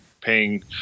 paying